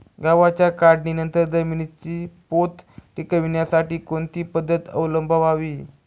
गव्हाच्या काढणीनंतर जमिनीचा पोत टिकवण्यासाठी कोणती पद्धत अवलंबवावी?